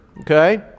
okay